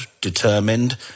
determined